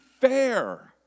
fair